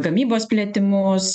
gamybos plėtimus